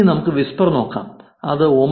ഇനി നമുക്ക് വിസ്പർ നോക്കാം അത് 9